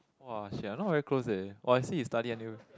!wah! sia not very close eh !wah! I see he study until